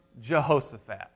Jehoshaphat